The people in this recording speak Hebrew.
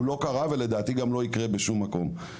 הוא לא קרה ולדעתי גם לא יקרה בשום מקום.